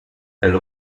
elle